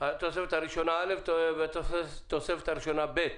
הראשונה א' והתוספת הראשונה ב'.